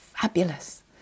fabulous